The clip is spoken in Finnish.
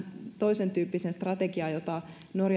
toisentyyppiseen strategiaan päästään jota